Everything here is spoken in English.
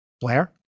Blair